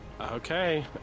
Okay